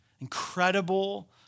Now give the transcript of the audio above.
incredible